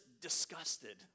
disgusted